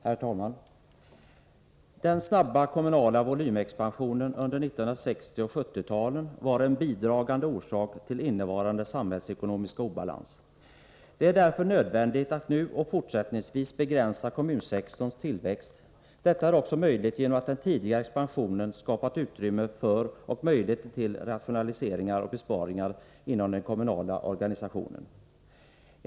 Herr talman! Den snabba kommunala volymexpansionen under 1960 och 1970-talen var en bidragande orsak till innevarande samhällsekonomiska obalans. Det är därför nödvändigt att nu och fortsättningsvis begränsa kommunsektorns tillväxt. Detta är också möjligt genom att den tidigare expansionen skapat utrymme för och möjligheter till rationaliseringar och besparingar inom den kommunala organisationen.